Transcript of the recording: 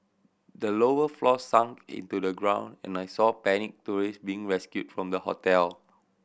the lower floors sunk into the ground and I saw panicked tourist being rescued from the hotel